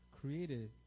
created